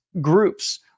groups